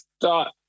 thought